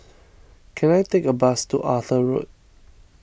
can I take a bus to Arthur Road